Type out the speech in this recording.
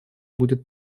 будет